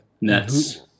nets